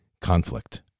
conflict